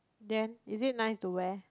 then is it nice to wear